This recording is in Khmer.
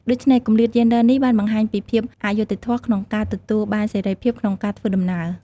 ដូច្នេះ គម្លាតយេនដ័រនេះបានបង្ហាញពីភាពអយុត្តិធម៌ក្នុងការទទួលបានសេរីភាពក្នុងការធ្វើដំណើរ។